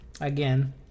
again